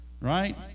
Right